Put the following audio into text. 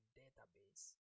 database